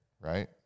right